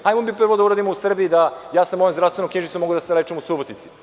Hajde da prvo uradimo u Srbiji da ja sa mojom zdravstvenom knjižicom mogu da se lečim u Subotici.